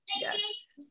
yes